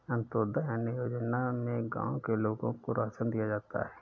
अंत्योदय अन्न योजना में गांव के लोगों को राशन दिया जाता है